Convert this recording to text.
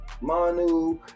manu